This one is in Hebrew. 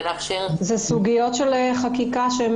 אלה סוגיות של חקיקה.